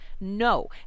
No